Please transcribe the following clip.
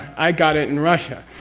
i got it in russia,